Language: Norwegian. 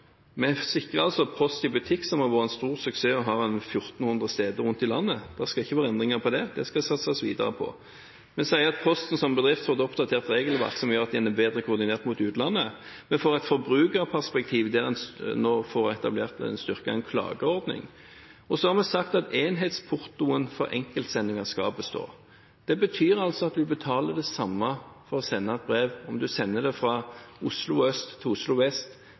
Vi sikrer Post i Butikk, som har vært en stor suksess og har ca. 1 400 steder rundt i landet. Det blir ikke noen endringer i det, det skal det satses videre på. Vi sier at Posten som bedrift får et oppdatert regelverk som gjør at den er bedre koordinert mot utlandet. Vi får et forbrukerperspektiv der en nå får etablert en styrket klageordning. Så har vi sagt at enhetsportoen for enkeltsendinger skal bestå. Det betyr at vi betaler det samme for å sende et brev om vi sender det fra Oslo øst til Oslo vest,